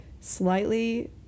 slightly